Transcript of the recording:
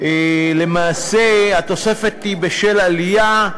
למעשה התוספת היא בשל עלייה.